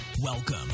Welcome